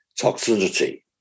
toxicity